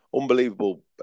unbelievable